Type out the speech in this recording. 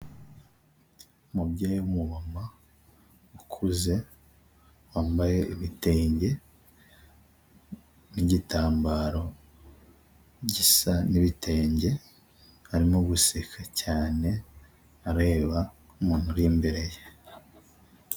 Umubyeyi w'umumama ukuze, wambaye ibitenge n'igitambaro gisa n'ibitenge, arimo guseka cyane areba umuntu uri imbere ye.